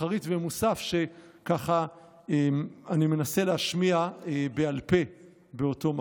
שחרית ומוסף שאני מנסה להשמיע בעל פה באותו מקום.